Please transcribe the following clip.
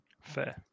fair